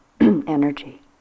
energy